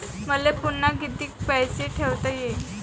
मले पुन्हा कितीक पैसे ठेवता येईन?